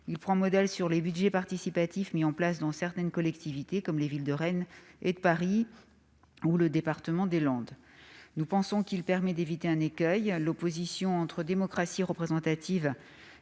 prenons modèle sur les budgets participatifs mis en place par certaines collectivités, comme les villes de Rennes et de Paris, ou le département des Landes. Nous pensons qu'il permet d'éviter un écueil : l'opposition entre démocratie représentative